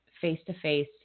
face-to-face